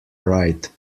ride